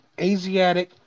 Asiatic